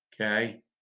Okay